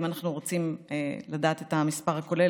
אם אנחנו רוצים לדעת מה המספר הכולל,